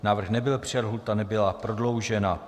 Návrh nebyl přijat, lhůta nebyla prodloužena.